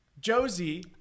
Josie